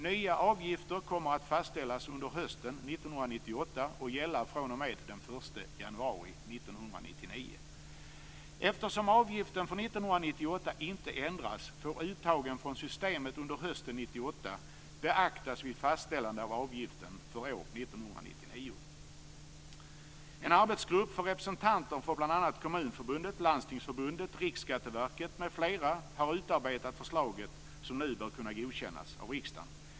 Nya avgifter kommer att fastställas under hösten 1998 och gälla fr.o.m. den Eftersom avgiften för år 1998 inte ändras får uttagen från systemet under hösten 1998 beaktas vid fastställande av avgiften för år 1999. Kommunförbundet, Landstingsförbundet och Riksskatteverket har utarbetat förslaget som nu bör godkännas av riksdagen.